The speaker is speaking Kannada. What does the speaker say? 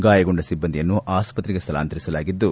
ಗಾಯಗೊಂಡ ಸಿಬ್ಬಂದಿಯನ್ನು ಆಸ್ಪತ್ತೆಗೆ ಸ್ವಳಾಂತರಿಸಲಾಗಿದ್ದು